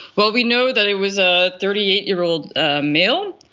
well, we know that it was a thirty eight year old ah male,